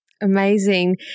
Amazing